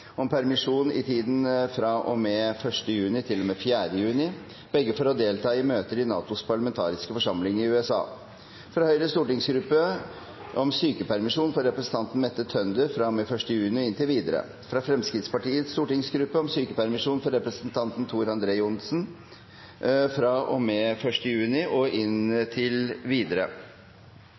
om permisjon i tiden fra og med 1. juni til og med 4. juni, begge for å delta i møter i NATOs parlamentariske forsamling i USA fra Høyres stortingsgruppe om sykepermisjon for representanten Mette Tønder fra og med 1. juni og inntil videre fra Fremskrittspartiets stortingsgruppe om sykepermisjon for representanten Tor André Johnsen fra og med 1. juni og inntil videre